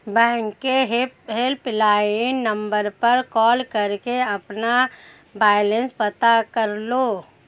bank के helpline number पर call करके अपना बैलेंस पता कर लो